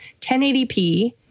1080p